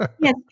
Yes